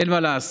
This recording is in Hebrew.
אין מה לעשות,